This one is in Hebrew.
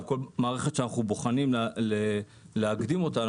כל מערכת שאנחנו בוחנים להקדים אותה,